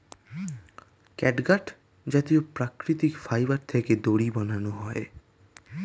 catgut জাতীয় প্রাকৃতিক fibre থেকে দড়ি বানানো হয়